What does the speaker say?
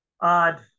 odd